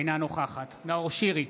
אינה נוכחת נאור שירי,